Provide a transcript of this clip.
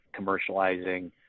commercializing